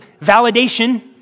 validation